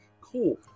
cool